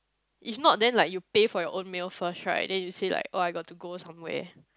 if not then like you pay for your own meal first right then you say like oh I got to go somewhere